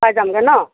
পাই যামগৈ ন'